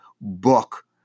book